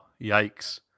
yikes